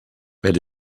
elle